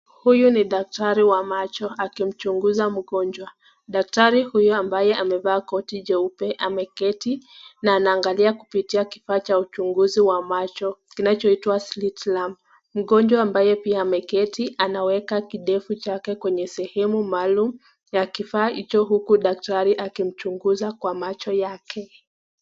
Huyu ni daktari wa macho akimchunguza mgonjwa , daktari huyu ambaye amevaa koti jeupe ameketi na anaangalia kupitia kifaa cha uchunguzi wa macho kinachoitwa (cs)slit rum (cs) mgonjwa ambaye pia ameketi anaweka kindevu chake kwenye sehemu maalum ya kifaa hicho huku daktari akimchunguza kwa macho yake.